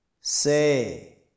Say